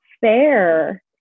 fair